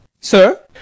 sir